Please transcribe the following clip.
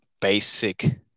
basic